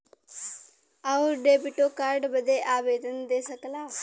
आउर डेबिटो कार्ड बदे आवेदन दे सकला